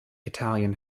italian